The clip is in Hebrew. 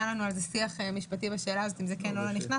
היה לנו איזה שיח משפטי אם זה כן או לא נכנס